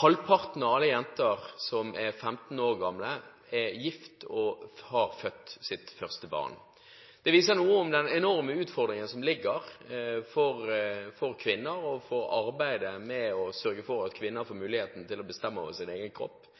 Halvparten av alle jenter som er 15 år gamle, er gift og har født sitt første barn. Det viser noe av den enorme utfordringen for kvinner og for arbeidet med å sørge for at kvinner får muligheten til å bestemme over sin egen kropp